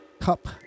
Cup